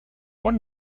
one